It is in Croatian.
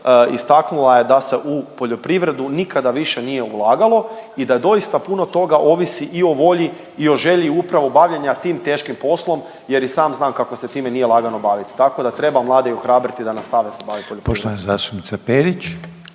istaknula je da se u poljoprivredu nikada više nije ulagalo i da doista puno toga ovisi i o volji i o želji upravo bavljenja tim teškim poslom jer i sam znam kako se time nije lagano baviti, tako da treba mlade i ohrabriti da nastave se bavit poljoprivredom.